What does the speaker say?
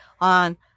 on